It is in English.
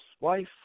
wife